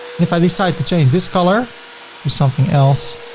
if i decide to change this color to something else,